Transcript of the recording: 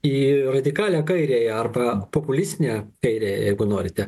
į radikalią kairiąją arba populistinę kairiąją jeigu norite